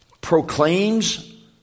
proclaims